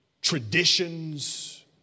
traditions